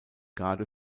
garde